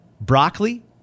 broccoli